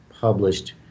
published